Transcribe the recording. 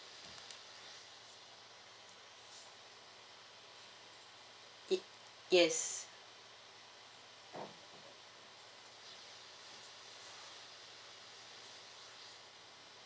it yes